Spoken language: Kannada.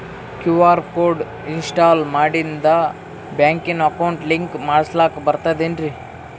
ಕ್ಯೂ.ಆರ್ ಕೋಡ್ ಇನ್ಸ್ಟಾಲ ಮಾಡಿಂದ ಬ್ಯಾಂಕಿನ ಅಕೌಂಟ್ ಲಿಂಕ ಮಾಡಸ್ಲಾಕ ಬರ್ತದೇನ್ರಿ